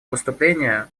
выступление